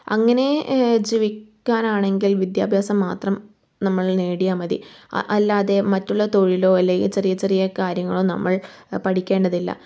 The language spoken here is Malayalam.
അങ്ങനെ ജീവിക്കാൻ ആണെങ്കിൽ വിദ്യാഭ്യാസം മാത്രം നമ്മൾ നേടിയാൽ മതി അല്ലാതെ മറ്റുള്ള തൊഴിലോ അല്ലെങ്കിൽ ചെറിയ ചെറിയ കാര്യങ്ങളോ നമ്മൾ പഠിക്കേണ്ടതില്ല